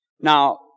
Now